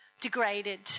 degraded